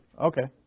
okay